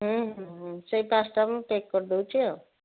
ସେଇ ପାଞ୍ଚଟା ମୁଁ ପ୍ୟାକ୍ କରିଦେଉଛି ଆଉ